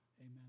Amen